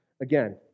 Again